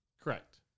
Correct